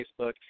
Facebook